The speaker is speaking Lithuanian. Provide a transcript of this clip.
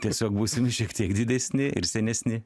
tiesiog būsim šiek tiek didesni ir senesni